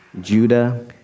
Judah